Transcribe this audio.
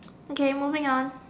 okay moving on